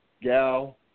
gal